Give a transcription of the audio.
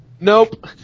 Nope